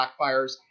Blackfires